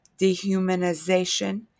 dehumanization